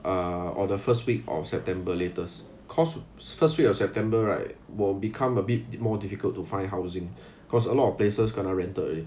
uh or the first week of september latest cause first week of september right will become a bit more difficult to find housing because a lot of places kena rented